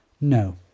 No